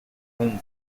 own